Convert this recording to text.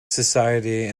society